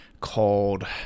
called